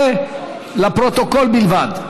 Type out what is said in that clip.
לפרוטוקול בלבד.